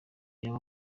yaba